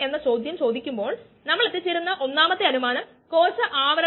തീർച്ചയായും അടുത്ത പ്രഭാഷണത്തിൽ ഇത് എങ്ങനെ പരിഹരിക്കാമെന്ന് ഞാൻ കാണിച്ചുതരാം